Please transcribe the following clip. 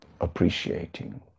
appreciating